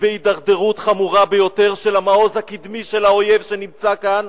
והידרדרות חמורה ביותר של המעוז הקדמי של האויב שנמצא כאן,